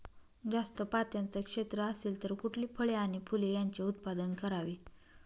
जास्त पात्याचं क्षेत्र असेल तर कुठली फळे आणि फूले यांचे उत्पादन करावे?